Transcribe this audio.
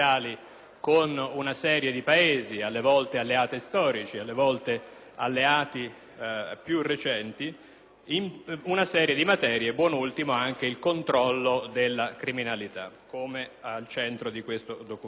con alcuni Paesi, alle volte alleati storici, alle volte alleati più recenti, su una serie di materie, non ultima il controllo della criminalità, che è al centro di questo documento.